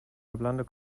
hablando